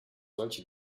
solche